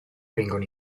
vengono